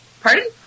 Pardon